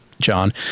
John